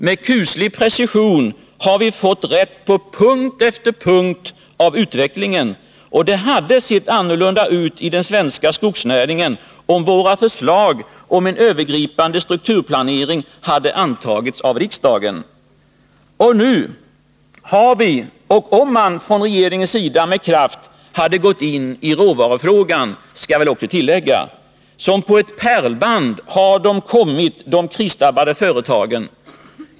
Med kuslig precision har vi fått rätt på punkt efter punkt när det gäller utvecklingen. Det hade sett annorlunda ut i den svenska skogsnäringen, om våra förslag om en övergripande strukturplanering hade antagits av riksdagen och om man — det vill jag också tillägga — från regeringens sida med kraft hade gått in i råvarufrågan. Som på ett pärlband har representanter för de krisdrabbade företagen kommit.